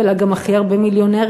ועניים, אלא גם הכי הרבה מיליונרים.